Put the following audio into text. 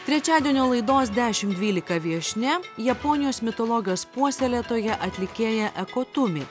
trečiadienio laidos dešimt dvylika viešnia japonijos mitologijos puoselėtoja atlikėja ekotumi